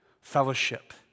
fellowship